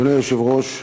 אדוני היושב-ראש,